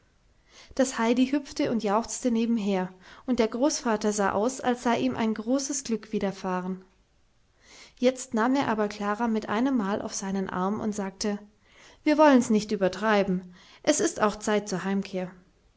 das heidi hüpfte und jauchzte nebenher und der großvater sah aus als sei ihm ein großes glück widerfahren jetzt nahm er aber klara mit einemmal auf seinen arm und sagte wir wollen's nicht übertreiben es ist auch zeit zur heimkehr